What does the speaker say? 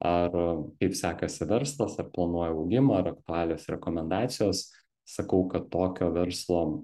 ar kaip sekasi verslas ar planuoji augimą ar aktualios rekomendacijos sakau kad tokio verslo